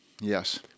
Yes